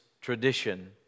tradition